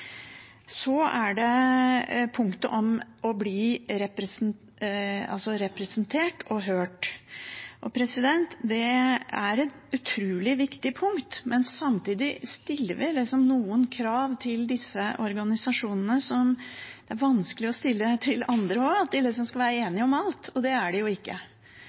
Så er det punktet om å bli representert og hørt. Det er et utrolig viktig punkt. Samtidig stiller vi noen krav til disse organisasjonene som er vanskelig å stille til andre, at de liksom skal være enige om alt, og det er de jo ikke.